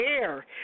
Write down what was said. air